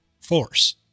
force